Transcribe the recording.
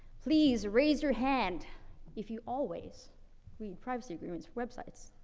please raise your hand if you always read privacy agreements for websites.